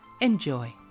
Enjoy